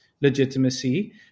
legitimacy